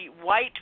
white